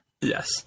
Yes